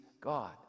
God